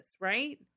right